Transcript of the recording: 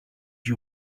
you